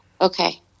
Okay